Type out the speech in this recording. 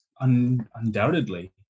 undoubtedly